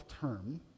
term